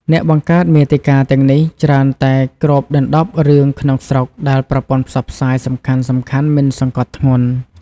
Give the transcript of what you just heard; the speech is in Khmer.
អ្នកបង្កើតមាតិកាទាំងនេះច្រើនតែគ្របដណ្តប់រឿងក្នុងស្រុកដែលប្រព័ន្ធផ្សព្វផ្សាយសំខាន់ៗមិនសង្កត់ធ្ងន់។